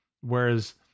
Whereas